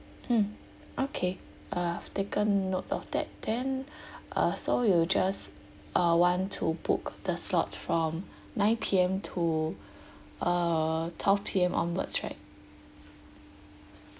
mm okay uh I've taken note of that then uh so you just uh want to book the slots from nine P_M to uh twelve P_M onwards right